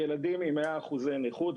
ילדים עם 100% נכות,